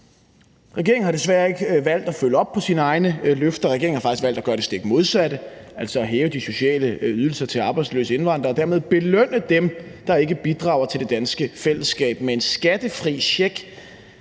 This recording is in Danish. Regeringen har desværre ikke valgt at følge op på sine egne løfter. Regeringen har faktisk valgt at gøre det stik modsatte, altså hæve de sociale ydelser til arbejdsløse indvandrere og dermed belønne dem, der ikke bidrager til det danske fællesskab, med en skattefri check